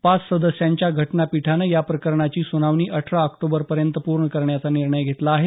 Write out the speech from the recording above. पाच सदस्यांच्या घटनापीठानं या प्रकरणाची सुनावणी अठरा ऑक्टोबरपर्यंत पूर्ण करण्याचा निर्णय घेतला आहे